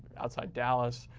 outside dallas.